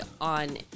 on